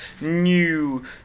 new